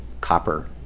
copper